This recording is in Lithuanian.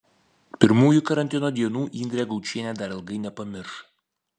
pirmųjų karantino dienų indrė gaučienė dar ilgai nepamirš